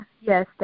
Yes